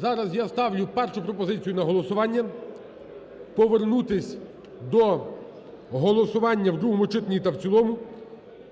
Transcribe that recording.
зараз я ставлю першу пропозицію на голосування, повернутись до голосування в другому читанні та в цілому